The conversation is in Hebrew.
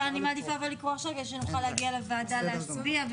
אני מעדיפה לקרוא עכשיו כדי שנוכל להגיע לוועדה להצביע,